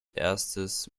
erstes